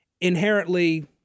inherently